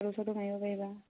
photo চটো মাৰিব পাৰিবা